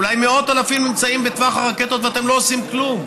אולי מאות אלפים נמצאים בטווח הרקטות ואתם לא עושים כלום.